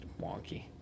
wonky